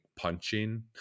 punching